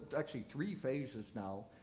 actually, three phases now,